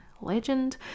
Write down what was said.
legend